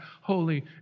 holy